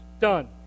done